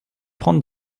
prendre